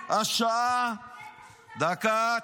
את -- אתם פשוט עבריינים --- דקה,